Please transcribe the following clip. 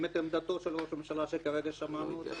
את עמדתו של ראש הממשלה שכרגע שמענו אותה?